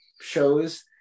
shows